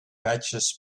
batches